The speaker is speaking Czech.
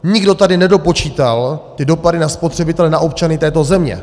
Nikdo tady nedopočítal dopady na spotřebitele, na občany této země.